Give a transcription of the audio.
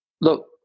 look